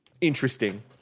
interesting